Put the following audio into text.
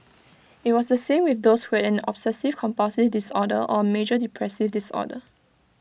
IT was the same with those who had an obsessive compulsive disorder or A major depressive disorder